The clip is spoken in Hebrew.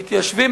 מתיישבים,